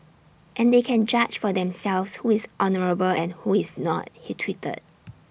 and they can judge for themselves who is honourable and who is not he tweeted